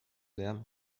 lärm